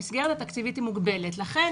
המסגרת התקציבית היא מוגבלת ולכן